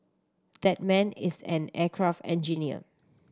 that man is an aircraft engineer